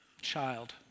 child